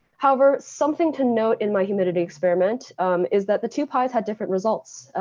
however, something to note in my humidity experiment is that the two pis had different results.